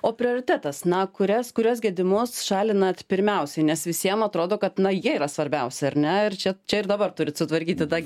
o prioritetas na kuriuos kuriuos gedimus šalinat pirmiausiai nes visiem atrodo kad na jie yra svarbiausi ar ne ir čia čia ir dabar turit sutvarkyti tą